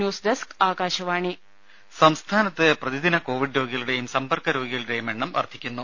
news desk Akashvani രുര സംസ്ഥാനത്ത് പ്രതിദിന കോവിഡ് രോഗികളുടെയും സമ്പർക്ക രോഗികളുടേയും എണ്ണം വർധിക്കുന്നു